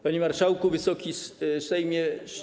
Panie Marszałku - Wysoki Sejmie!